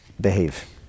behave